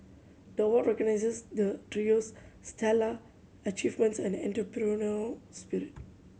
the award recognises the trio's stellar achievements and entrepreneurial spirit